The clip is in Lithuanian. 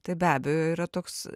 tai be abejo yra toks